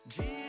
Jesus